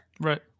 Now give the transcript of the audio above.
right